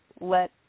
let